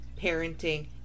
parenting